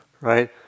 right